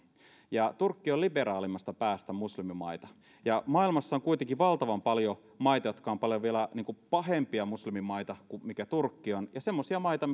turkki on liberaaleimmasta päästä muslimimaita maailmassa on kuitenkin valtavan paljon maita jotka ovat vielä paljon pahempia muslimimaita kuin mitä turkki on ja semmoisia maita